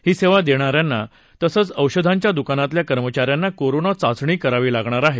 ही सेवा देणाऱ्यांना तसंच औषधांच्या दुकानातल्या कर्मचाऱ्यांना करोना चाचणी करावी लागणार आहे